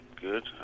good